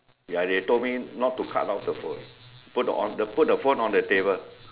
ya they told me not to cut off the phone put the phone on the table